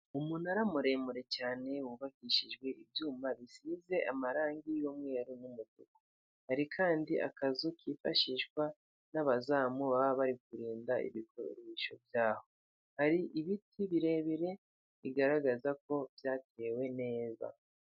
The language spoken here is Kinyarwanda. Umunara muremure cyane wubakishijwe ibyuma bisize amarangi y'umweru mu mufuko, hari kandi akazu kifashishwa n'abazamu baba bari kurinda ibikoresho byaho ari ibiti birebire bigaragaza ko byatewe neza.